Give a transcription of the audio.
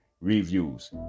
reviews